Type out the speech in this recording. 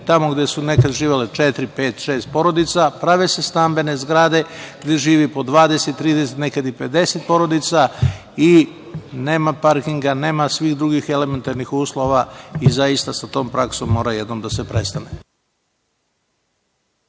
tamo gde su nekada živele četiri, pet i šest porodica prave se stambene zgrade, gde živi po 20, 30, a nekada i 50 porodica i nema parkinga, nema svih drugih elementarnih uslova i zaista sa tom praksom mora jednom da se prestane.